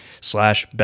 slash